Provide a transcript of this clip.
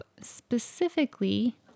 specifically